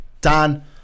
Dan